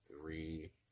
three